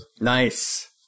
Nice